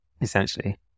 Essentially